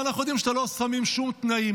ואנחנו יודעים שאתה לא שמים שום תנאים,